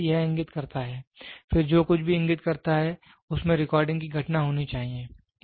तो पहले यह इंगित करता है फिर जो कुछ भी इंगित करता है उसमें रिकॉर्डिंग की घटना होनी चाहिए